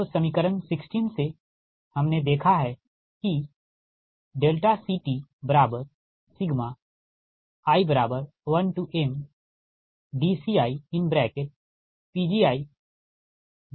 तो समीकरण 16 से हमने देखा है कि CT i1mdCiPgi0dPgi